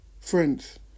friends